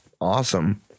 awesome